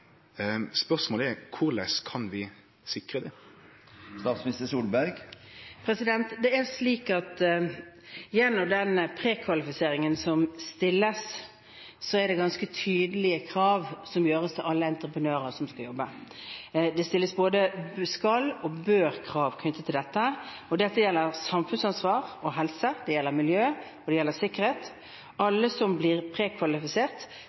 Spørsmålet er: Korleis kan vi sikre det? Gjennom den prekvalifiseringen som gjøres, stilles det ganske tydelige krav til alle entreprenører som skal jobbe. Det stilles både skal-krav og bør-krav knyttet til dette. Det gjelder samfunnsansvar og helse, det gjelder miljø, og det gjelder sikkerhet. Alle som blir prekvalifisert,